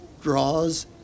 draws